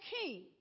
king